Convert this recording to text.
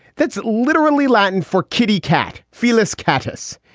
that's literally latin for kitty cat phyllis catus.